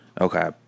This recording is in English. Okay